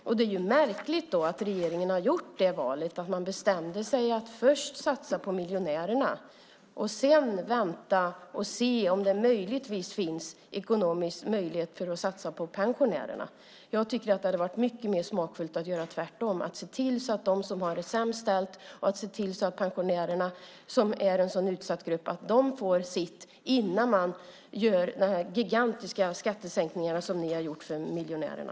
Då är det märkligt att regeringen har gjort det valet; att man bestämde sig för att först satsa på miljonärerna och sedan vänta och se om det möjligtvis finns ekonomisk möjlighet att satsa på pensionärerna. Jag tycker att det hade varit mycket mer smakfullt att göra tvärtom, att se till att de som har det sämst, pensionärerna som är en så utsatt grupp, får sitt innan man gör de här gigantiska skattesänkningarna, som ni har gjort för miljonärerna.